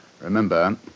Remember